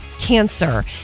cancer